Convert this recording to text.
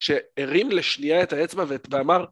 שהרים לשנייה את האצבע ואמר